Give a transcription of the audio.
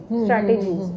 strategies